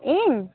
ᱤᱧ